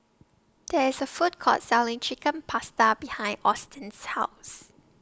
There IS A Food Court Selling Chicken Pasta behind Austen's House